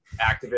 activist